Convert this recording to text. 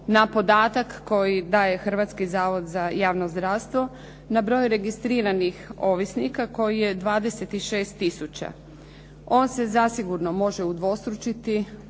na podatak koji daje Hrvatski zavod za javno zdravstvo na broj registriranih ovisnika koji je 26 tisuća. On se zasigurno može udvostručiti,